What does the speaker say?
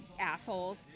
assholes